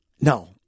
No